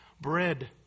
bread